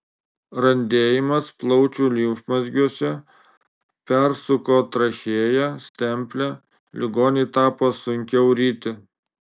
randėjimas plaučių limfmazgiuose persuko trachėją stemplę ligonei tapo sunkiau ryti